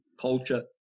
culture